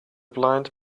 blind